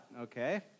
Okay